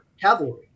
cavalry